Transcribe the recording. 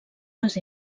les